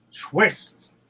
twist